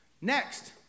Next